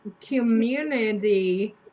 community